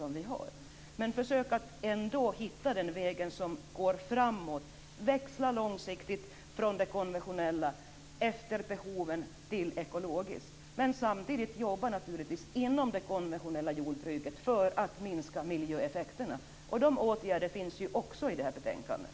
Men vi skall försöka att hitta den väg som går framåt, växla långsiktigt efter behov från det konventionella till det ekologiska. Men samtidigt skall vi inom det konventionella jordbruket arbeta för att minska miljöeffekterna. De åtgärderna framgår också i betänkandet.